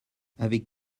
avec